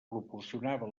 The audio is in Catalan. proporcionava